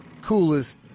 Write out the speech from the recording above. coolest